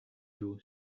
you